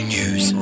News